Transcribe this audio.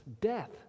death